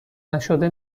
نشده